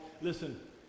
Listen